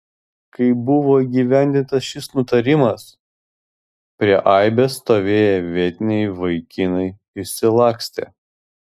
kai buvo įgyvendintas šis nutarimas prie aibės stovėję vietiniai vaikinai išsilakstė